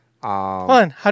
One